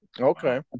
Okay